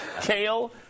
Kale